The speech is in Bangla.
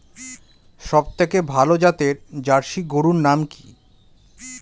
সবথেকে ভালো জাতের জার্সি গরুর নাম কি?